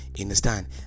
understand